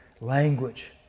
language